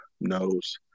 knows